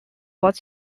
what